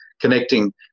connecting